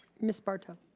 ms. bartow.